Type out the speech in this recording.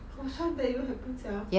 for sure that will happen sia